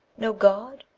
no god,